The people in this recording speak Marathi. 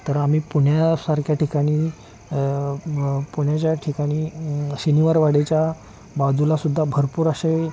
तर आम्ही पुण्यासारख्या ठिकाणी मग पुण्याच्या ठिकाणी शनिवार वाडीच्या बाजूला सुद्धा भरपूर असे